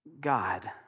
God